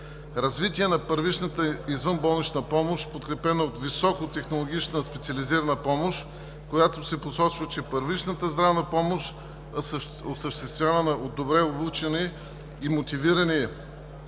развитие на първичната извънболнична помощ, подкрепена от високо технологична специализирана помощ, в която се посочва, че първичната здравна помощ, осъществявана от добре обучени и мотивирани